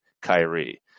Kyrie